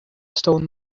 stone